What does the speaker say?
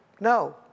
No